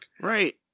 Right